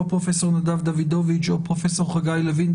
או פרופסור נדב דוידוביץ או פרופסור חגי לוין,